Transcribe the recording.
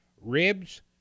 ribs